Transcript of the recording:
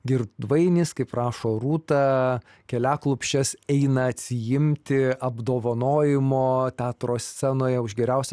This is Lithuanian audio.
girdvainis kaip rašo rūta keliaklupsčias eina atsiimti apdovanojimo teatro scenoje už geriausią